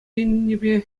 енӗпе